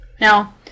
Now